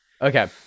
Okay